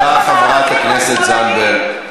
תודה, חברת הכנסת זנדברג.